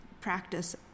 practice